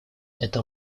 это